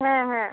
হ্যাঁ হ্যাঁ